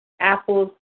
apples